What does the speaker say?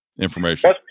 information